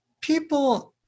people